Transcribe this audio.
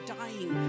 dying